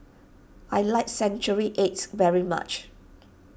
I like Century Eggs very much